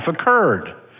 occurred